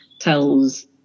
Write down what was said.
tells